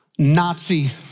Nazi